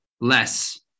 less